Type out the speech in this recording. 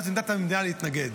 ואז עמדת המדינה היא להתנגד.